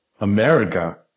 America